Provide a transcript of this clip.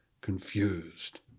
confused